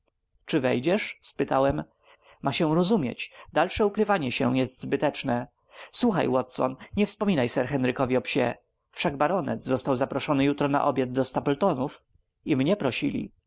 czy wejdziesz spytałem ma się rozumieć dalsze ukrywanie się jest zbyteczne słuchaj watson nie wspominaj sir henrykowi o psie wszak baronet został zaproszony jutro na obiad do stapletonów i mnie prosili